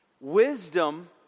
wisdom